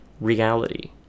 reality